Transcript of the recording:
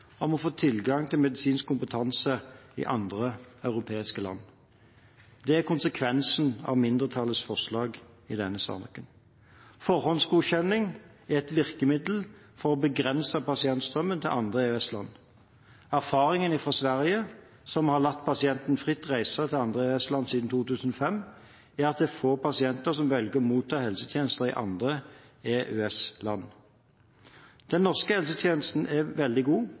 om å få tilgang til medisinsk kompetanse i andre europeiske land. Det er konsekvensen av mindretallets forslag i denne saken. Forhåndsgodkjenning er et virkemiddel for å begrense pasientstrømmen til andre EØS-land. Erfaringen fra Sverige, som har latt pasienter fritt reise til andre EØS-land siden 2005, er at det er få pasienter som velger å motta helsetjenester i andre EØS-land. Den norske helsetjenesten er veldig god,